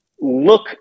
Look